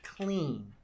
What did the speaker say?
clean